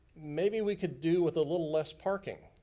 maybe we could do with a little less parking.